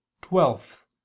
Twelfth